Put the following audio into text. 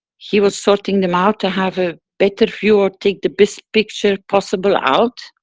he was sorting them out to have a better view or take the best picture possible out.